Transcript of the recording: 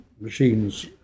machines